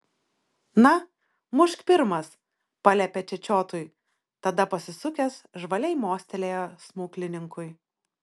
na mušk pirmas paliepė čečiotui tada pasisukęs žvaliai mostelėjo smuklininkui